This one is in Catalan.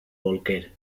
bolquer